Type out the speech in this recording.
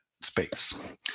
space